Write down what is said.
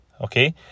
okay